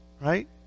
Right